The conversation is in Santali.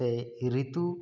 ᱥᱮ ᱨᱤᱛᱩ